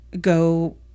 Go